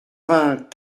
vingt